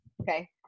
Okay